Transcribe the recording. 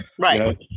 right